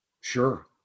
Sure